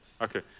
Okay